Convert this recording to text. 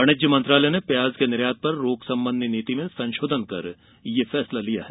वाणिज्य मंत्रालय ने प्याज के निर्यात पर रोक संबंधी नीति में संशोधन कर यह फैसला लिया है